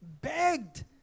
begged